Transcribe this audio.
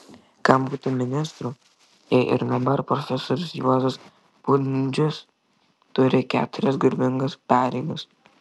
kam būti ministru jei ir dabar profesorius juozas pundzius turi keturias garbingas pareigas